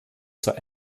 zur